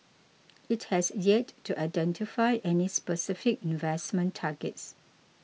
it has yet to identify any specific investment targets